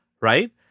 right